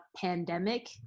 pandemic